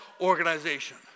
organization